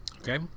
okay